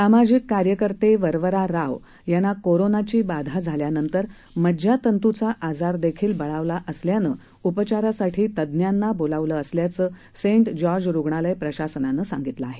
सामाजीक कार्यकर्ते वरवरा राव यांना कोरोनाची बाधा झाल्यानंतर मज्जातंतूचा आजार देखील बळावला असल्यानं उपचारासाठी तज्ञांना बोलावलं असल्याचं सेंट जॉर्ज रुग्णालय प्रशासनानं सांगितलं आहे